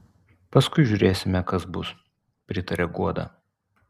paskui žiūrėsime kas bus pritaria guoda